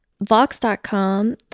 Vox.com